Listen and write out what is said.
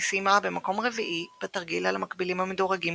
היא סיימה במקום רביעי בתרגיל על המקבילים המדורגים